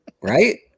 right